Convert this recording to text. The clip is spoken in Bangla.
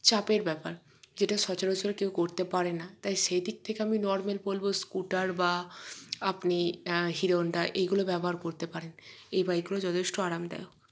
চাপের ব্যাপার যেটা সচরাচর কেউ করতে পারে না তাই সেই দিক থেকে আমি নর্মাল বলব স্কুটার বা আপনি হিরো হন্ডা এইগুলো ব্যবহার করতে পারেন এই বাইকগুলো যথেষ্ট আরামদায়ক